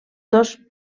dos